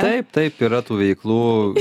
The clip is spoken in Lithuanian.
taip taip yra tų veiklų